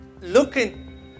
looking